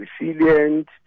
resilient